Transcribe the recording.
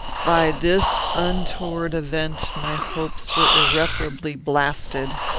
by this untoward event my hopes were irreparably blasted.